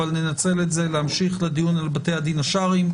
אבל ננצל את זה להמשיך לדיון על בתי הדין השרעיים.